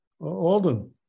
Alden